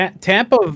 Tampa